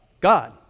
God